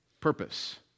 purpose